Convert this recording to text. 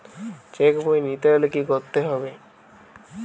Check বই নিতে হলে কি করতে হবে?